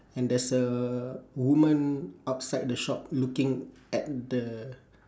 and there's a woman outside the shop looking at the